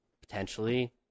Potentially